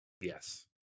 Yes